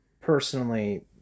personally